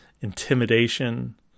Intimidation